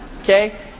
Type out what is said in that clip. Okay